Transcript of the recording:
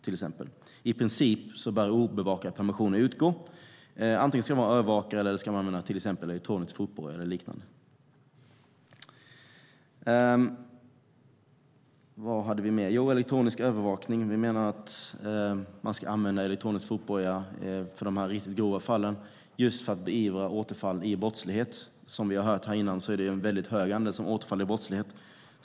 I princip bör obevakade permissioner utgå. De ska antingen vara övervakade, eller också ska man använda elektronisk fotboja eller liknande. Vi menar att man ska använda övervakning med elektronisk fotboja i de här riktigt grova fallen för att beivra återfall i brottslighet. Som vi har hört här tidigare är det en väldigt hög andel som återfaller i brottslighet.